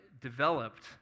developed